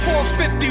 450